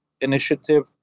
initiative